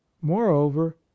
moreover